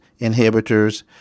inhibitors